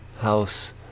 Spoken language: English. house